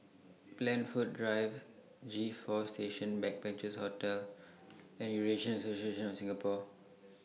Blandford Drive G four Station Backpackers Hostel and Eurasian Association of Singapore